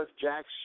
Jack's